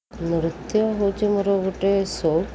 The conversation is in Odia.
ନୃତ୍ୟ ହେଉଛି ମୋର ଗୋଟେ ସଉକ